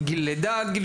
מגיל לידה עד גיל